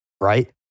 right